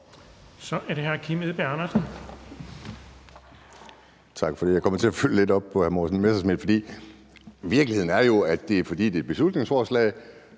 Så er det hr. Kim Edberg Andersen.